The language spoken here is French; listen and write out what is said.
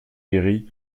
guéri